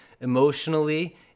emotionally